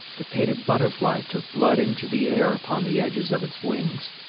the painted butterfly took blood into the air upon the edges of its wings.